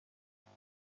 جاده